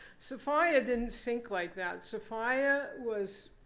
sophia didn't sink like that. sophia was